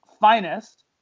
finest